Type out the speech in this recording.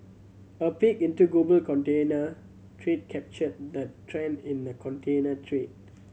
a peek into the global container trade captured the trend in the container trade